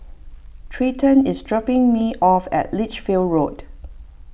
Treyton is dropping me off at Lichfield Road